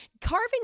Carving